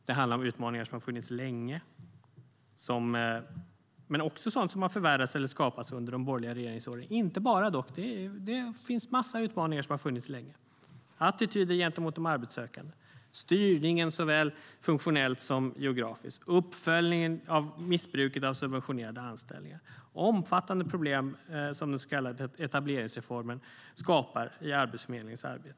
Det handlar om utmaningar som har funnits länge och också om sådant som har förvärrats eller skapats under de borgerliga regeringsåren, inte bara dock. Det finns massor av utmaningar som har funnits länge. Det gäller attityder gentemot de arbetssökande, styrningen såväl funktionellt som geografiskt, uppföljning av missbruket av subventionerade anställningar. Det har funnits omfattande problem som den så kallade etableringsreformen skapar i Arbetsförmedlingens arbete.